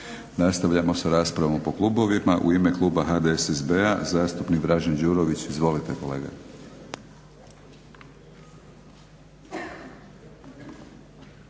Nastavljamo s raspravom po kubovima. U ime kluba HDSSB-a zastupnik Dražen Đurović. Izvolite kolega.